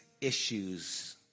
issues